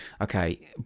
okay